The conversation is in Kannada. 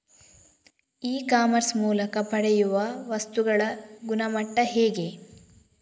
ಇ ಕಾಮರ್ಸ್ ಮೂಲಕ ಪಡೆಯುವ ವಸ್ತುಗಳ ಗುಣಮಟ್ಟ ಹೇಗೆ?